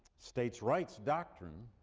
states' rights doctrine,